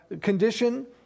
condition